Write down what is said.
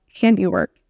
handiwork